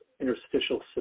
interstitial